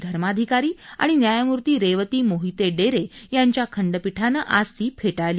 धर्माधिकारी आणि न्यायमूर्ती रेवती मोहिते डेरे यांच्या खंडपीठानं आज ती फेटाळली